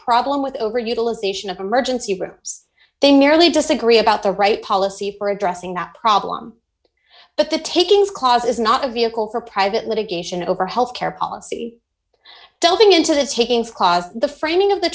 problem with overutilization of emergency rooms they merely disagree about the right policy for addressing that problem but the takings clause is not a vehicle for private litigation over health care policy delving into the takings clause the framing of the